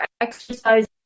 exercise